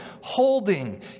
Holding